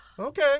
Okay